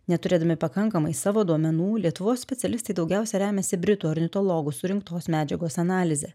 neturėdami pakankamai savo duomenų lietuvos specialistai daugiausiai remiasi britų ornitologų surinktos medžiagos analize